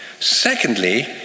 Secondly